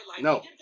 No